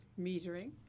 metering